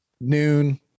noon